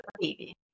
baby